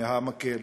יעני מקל,